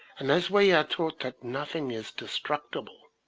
and as we are taught that nothing is destructible,